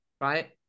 right